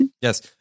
Yes